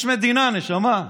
יש מדינה, נשמה,